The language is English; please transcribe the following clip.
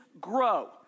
grow